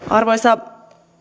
arvoisa